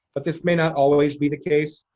but this may not always be the case.